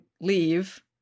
leave